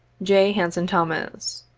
j. hanson tiiomas.